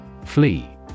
Flee